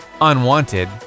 unwanted